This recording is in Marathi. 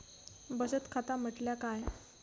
बचत खाता म्हटल्या काय?